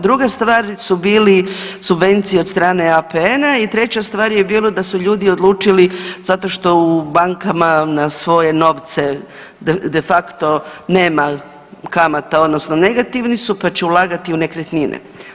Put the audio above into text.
Druga stvar su bili subvencije od strane APN-a i treća stvar je bilo da su ljudi odlučili zato što u bankama na svoje novce de facto nema kamata odnosno negativni su pa će ulagati u nekretnine.